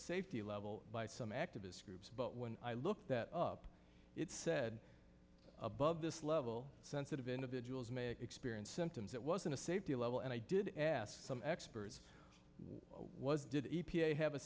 safety level by some activist groups but when i looked that up it said above this level sensitive individuals may experience symptoms that was in a safety level and i did ask some experts what did the